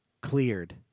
cleared